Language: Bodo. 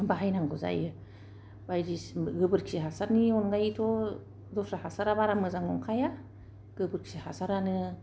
बाहायनांगौ जायो बायदिसिना गोबोरखि हासारनि अनगायैथ' दस्रा हासारा बारा मोजां नंखाया गोबोरखि हासारानो